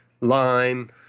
lime